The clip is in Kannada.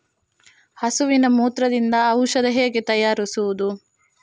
ಹಸುವಿನ ಮೂತ್ರದಿಂದ ಔಷಧ ಹೇಗೆ ತಯಾರಿಸುವುದು?